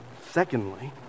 Secondly